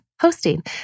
hosting